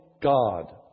God